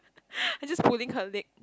I just pulling her leg